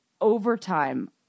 overtime